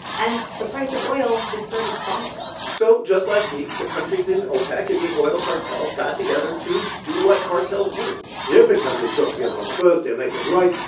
and the price of oil just started falling so just last week, the countries in opec, in the oil cartel, got together to do what cartels do the opec countries got together on the thursday, and they said, right,